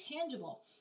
tangible